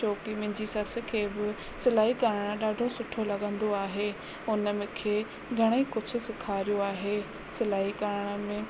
छोकी मुंहिंजी ससु खे बि सिलाई करण ॾाढो सुठो लॻंदो आहे उन मूंखे घणेई कुझु सेखारियो आहे सिलाई करण में